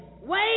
wait